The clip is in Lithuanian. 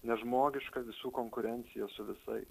nežmogiška visų konkurencija su visais